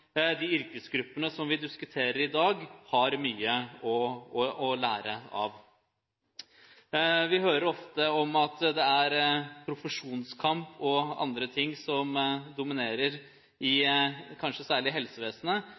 de yrkesgruppene som vi diskuterer i dag, har mye å lære av. Vi hører ofte om at det er profesjonskamp og andre ting som dominerer, kanskje særlig i helsevesenet.